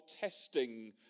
testing